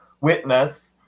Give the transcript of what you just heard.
witness